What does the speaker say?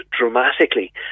dramatically